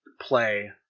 play